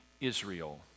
Israel